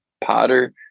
Potter